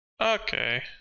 Okay